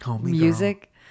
music